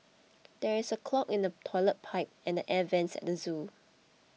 there is a clog in the Toilet Pipe and the Air Vents at the zoo